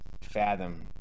fathom